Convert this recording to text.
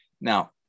Now